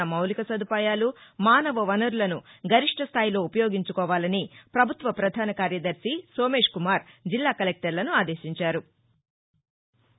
ఉన్న మౌలిక సదుపాయాలు మానవ వనరులను గరిష్ఠస్థాయిలో ఉపయోగించుకోవాలని ప్రభుత్వ ప్రధాన కార్యదర్భి సోమేశ్కుమార్ జిల్లా కలెక్టర్లను అదేశించారు